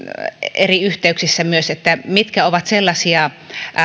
eri yhteyksissä myös siitä mitkä ovat sellaisia